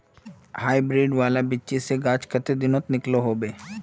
Hybrid वाला बिच्ची से गाछ कते दिनोत निकलो होबे?